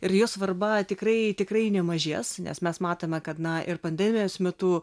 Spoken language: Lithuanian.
ir jo svarba tikrai tikrai nemažės nes mes matome kad na ir pandemijos metu